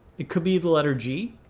it could be the letter g.